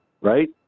right